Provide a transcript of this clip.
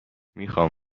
میخام